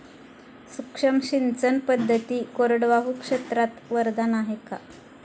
सूक्ष्म सिंचन पद्धती कोरडवाहू क्षेत्रास वरदान आहे का?